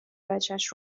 بچش